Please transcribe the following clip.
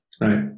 right